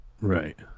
Right